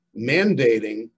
mandating